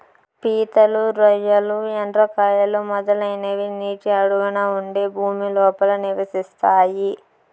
పీతలు, రొయ్యలు, ఎండ్రకాయలు, మొదలైనవి నీటి అడుగున ఉండే భూమి లోపల నివసిస్తాయి